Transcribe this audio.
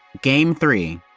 game three,